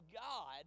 God